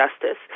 justice